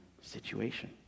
situation